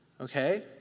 okay